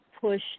push